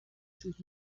sus